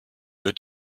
wird